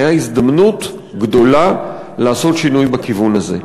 היה הזדמנות גדולה לעשות שינוי בכיוון הזה.